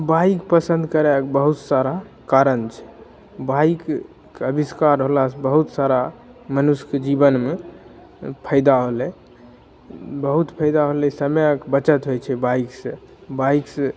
bike पसन्द करैके बहुत सारा कारण छै बाइकके अविष्कार होला सँ बहुत सारा मनुष्यके जीवनमे फायदा होलै बहुत फायदा होलै समय बचत होइ छै बाइक से बाइक से